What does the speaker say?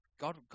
God